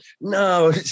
No